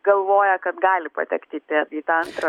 galvoja kad gali patekti į te į tą antrą